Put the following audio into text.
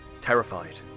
terrified